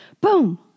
boom